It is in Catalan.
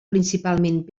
principalment